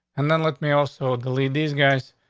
and then let me also delete these guys.